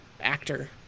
actor